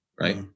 right